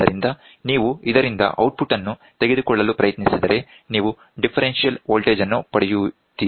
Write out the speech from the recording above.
ಆದ್ದರಿಂದ ನೀವು ಇದರಿಂದ ಔಟ್ಪುಟ್ ಅನ್ನು ತೆಗೆದುಕೊಳ್ಳಲು ಪ್ರಯತ್ನಿಸಿದರೆ ನೀವು ಡಿಫರೆನ್ಷಿಯಲ್ ವೋಲ್ಟೇಜ್ ಅನ್ನು ಪಡೆಯುತ್ತೀರಿ